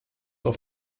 auf